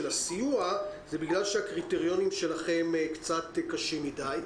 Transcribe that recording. הסיוע הוא בגלל שהקריטריונים שלכם קצת קשים מדיי.